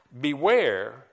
Beware